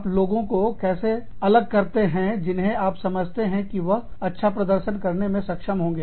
आप लोगों को कैसे अलग करते हैं जिन्हें आप समझते हैं कि वह अच्छा प्रदर्शन करने में सक्षम होंगे